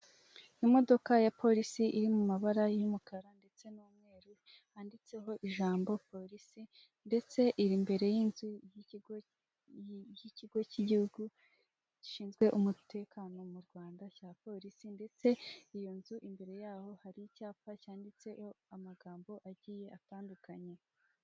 Imodoka ya polisi iri mu mabara y'umukara ndetse n'umweru handitseho ijambo polisi, ndetse iri imbere y'inzu y'ikigo y'ikigo cy'igihugu gishinzwe umutekano mu Rwanda cya polisi, ndetse iyo nzu imbere yaho hari icyapa cyanditseho amagambo agiye atandukanye.